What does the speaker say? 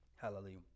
Hallelujah